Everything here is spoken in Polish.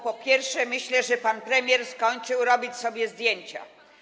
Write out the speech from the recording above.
Po pierwsze, myślę, że pan premier skończył robić sobie zdjęcia.